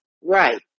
Right